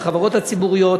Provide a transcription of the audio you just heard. החברות הציבוריות.